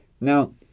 now